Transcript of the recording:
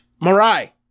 Marai